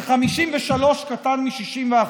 ש-53 קטן מ-61,